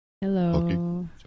Hello